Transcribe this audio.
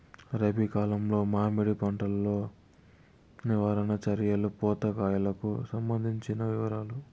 రబి కాలంలో మామిడి పంట లో నివారణ చర్యలు పూత కాయలకు సంబంధించిన వివరాలు?